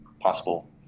possible